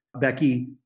Becky